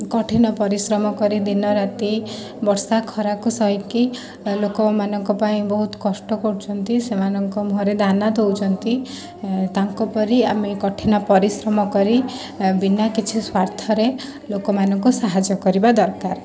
କଠିନ ପରିଶ୍ରମ କରି ଦିନରାତି ବର୍ଷା ଖରାକୁ ସହିକି ଲୋକମାନଙ୍କ ପାଇଁ ବହୁତ କଷ୍ଟ କରୁଛନ୍ତି ସେମାନଙ୍କ ମୁହଁରେ ଦାନା ଦେଉଛନ୍ତି ତାଙ୍କ ପରି ଆମେ କଠିନ ପରିଶ୍ରମ କରି ବିନା କିଛି ସ୍ୱାର୍ଥରେ ଲୋକମାନଙ୍କୁ ସାହାଯ୍ୟ କରିବା ଦରକାର